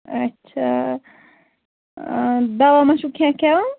اچھا دوا ما چھُو کیٚنٛہہ کھٮ۪وان